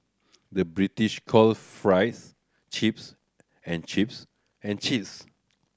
the British call fries chips and chips and cheese